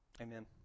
Amen